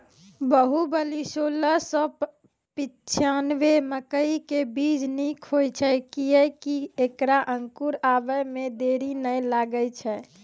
बाहुबली सोलह सौ पिच्छान्यबे मकई के बीज निक होई छै किये की ऐकरा अंकुर आबै मे देरी नैय लागै छै?